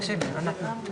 (6) ו-(7),